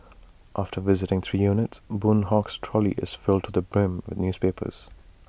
after visiting three units boon Hock's trolley is filled to the brim with newspapers